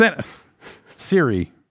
Siri